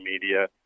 media